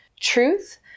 truth